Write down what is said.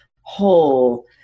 whole